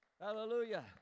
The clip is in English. Hallelujah